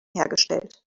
hergestellt